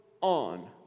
on